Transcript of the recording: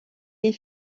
les